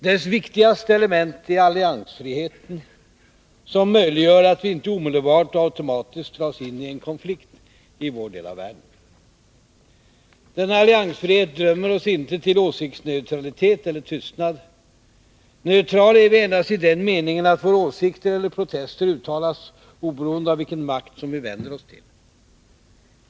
Dess viktigaste element är alliansfriheten, som möjliggör att vi inte omedelbart och automatiskt dras in i en konflikt i vår del av världen. Denna alliansfrihet dömer oss inte till åsiktsneutralitet eller tystnad. Neutrala är vi endast i den meningen, att våra åsikter eller protester uttalas oberoende av vilken makt som vi vänder oss till.